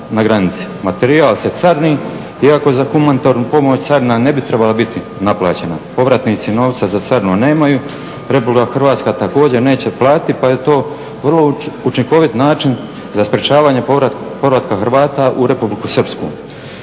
Materijal se carini iako za humanitarnu pomoć carina ne bi trebala biti naplaćena. Povratnici novca za carinu nemaju, RH također neće platiti pa je to vrlo učinkovit način za sprečavanje povratka Hrvata u Republiku Srpsku.